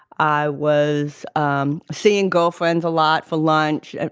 i was um seeing girlfriends a lot for lunch. and